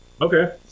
Okay